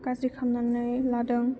गाज्रि खालामनानै लादों